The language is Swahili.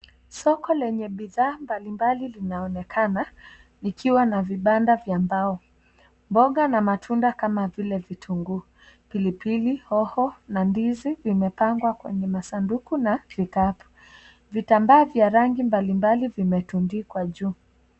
Soko lenye bidhaa mbali mbali linaonekana likiwa na vibanda vya mbao, mboga na matunda kama vile vitunguu, pili pili, hoho na ndizi vimepangwa kwenye masanduku na kikapu, vitambaa vya rangi mbali mbali vimetandikwa juu.